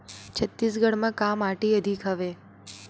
छत्तीसगढ़ म का माटी अधिक हवे?